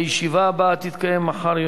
הישיבה הבאה תתקיים מחר,